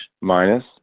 minus